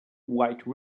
white